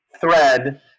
thread